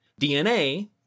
DNA